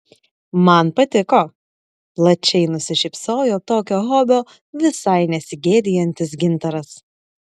man patiko plačiai nusišypsojo tokio hobio visai nesigėdijantis gintaras